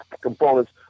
components